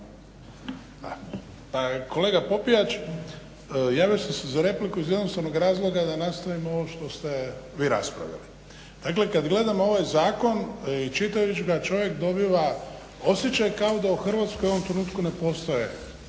kolega Popijač, javio sam se za repliku iz jednostavnog razloga da nastavim ovo što ste vi raspravljali. Dakle, kad gledamo ovaj zakon i čitajući ga čovjek dobiva osjećaj kao da u Hrvatskoj u ovom trenutku ne postoje